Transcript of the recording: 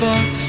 Box